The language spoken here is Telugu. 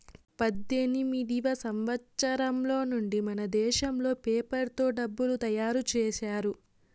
పద్దెనిమిదివ సంవచ్చరం నుండి మనదేశంలో పేపర్ తో డబ్బులు తయారు చేశారు